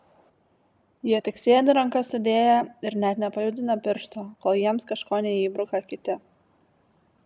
jie tik sėdi rankas sudėję ir net nepajudina piršto kol jiems kažko neįbruka kiti